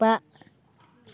बा